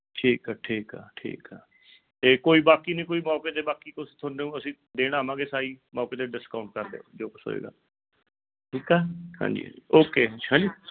ਠੀਕ ਆ ਠੀਕ ਆ ਠੀਕ ਆ ਅਤੇ ਕੋਈ ਬਾਕੀ ਨਹੀਂ ਕੋਈ ਮੌਕੇ 'ਤੇ ਬਾਕੀ ਕੁਝ ਤੁਹਾਨੂੰ ਅਸੀਂ ਦੇਣਾ ਆਵਾਂਗੇ ਸਾਈ ਮੌਕੇ 'ਤੇ ਡਿਸਕਾਊਂਟ ਕਰਦੇ ਜੋ ਕੁਝ ਹੋਵੇਗਾ ਠੀਕ ਆ ਹਾਂਜੀ ਓਕੇ ਹਾਂਜੀ